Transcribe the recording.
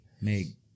make